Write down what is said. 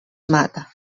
mata